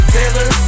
Taylor